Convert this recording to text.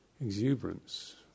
exuberance